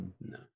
No